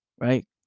right